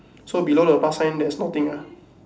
so below the plus sign there's nothing ah